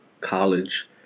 college